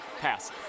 Pass